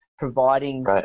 providing